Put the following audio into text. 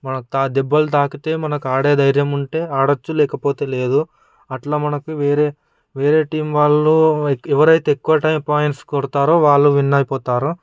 మనకు దెబ్బలు తాగితే మనకు ఆడే ధైర్యం ఉంటే ఆడవచ్చు లేకపోతే లేదు అట్లా మనకు వేరే వేరే టీం వాళ్ళు ఎవరైతే ఎక్కువ టైం పాయింట్స్ కొడతారో వాళ్ళు విన్ అయిపోతారు